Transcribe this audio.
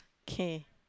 okay